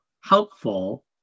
helpful